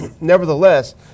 Nevertheless